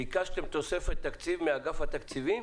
ביקשתם תוספת תקציב מאגף התקציבים?